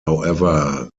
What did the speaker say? however